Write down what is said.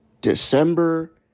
December